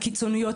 הקיצוניות,